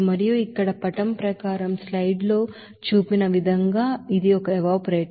మరియు ఇక్కడ పటం ప్రకారం స్లైడ్ లో ఇక్కడ చూపించిన విధంగా ఇది ఒక ఎవాపరేటర్